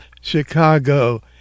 Chicago